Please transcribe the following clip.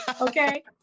Okay